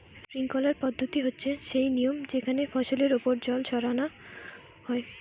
sprinkler পদ্ধতি হচ্ছে সেই নিয়ম যেখানে ফসলের ওপর জল ছড়ানো হয়